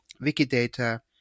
Wikidata